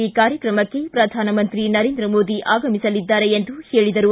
ಈ ಕಾರ್ಯಕ್ರಮಕ್ಕೆ ಪ್ರಧಾನಮಂತ್ರಿ ನರೇಂದ್ರ ಮೋದಿ ಆಗಮಿಸಲಿದ್ದಾರೆ ಎಂದು ಹೇಳಿದರು